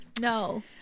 no